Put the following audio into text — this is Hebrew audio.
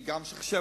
אני חושב,